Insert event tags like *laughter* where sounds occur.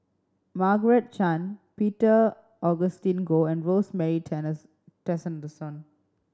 Margaret Chan Peter Augustine Goh and Rosemary *unintelligible*